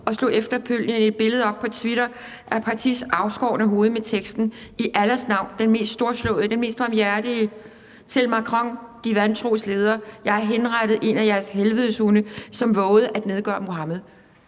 han slog efterfølgende et billede op på Twitter af Patys afskårne hoved med teksten: I Allahs navn, den mest storslåede, den mest barmhjertige. Til Macron, de vantros leder: Jeg henrettede en af jeres helvedeshunde, der havde vovet at nedgøre Muhammed.